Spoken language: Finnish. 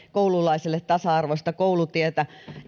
koululaiselle tasa arvoista koulutietä